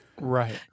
right